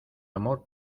amor